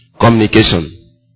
Communication